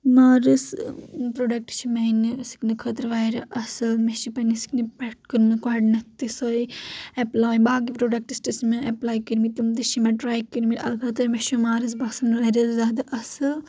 مارس product چھ میانہِ سکنہٕ خٲطرٕ واریاہ اصل مےٚ چھ پننہِ سکنہٕ پیھ کوٚرمُت گوڈنتھے سۄے اٮ۪پلے باقی پروڈکٹس تہِ چھ مےٚ اٮ۪پلے کٔرۍمِتۍ تم تہِ چھ مےٚ ٹرے کٔرۍمٕتۍ البتہٕ مےٚ چھ مارس باسان واریاہ زیادٕ اصل